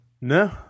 No